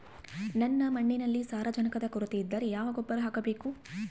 ನನ್ನ ಮಣ್ಣಿನಲ್ಲಿ ಸಾರಜನಕದ ಕೊರತೆ ಇದ್ದರೆ ಯಾವ ಗೊಬ್ಬರ ಹಾಕಬೇಕು?